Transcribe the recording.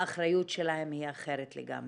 האחריות שלהן היא אחרת לגמרי.